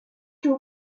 jours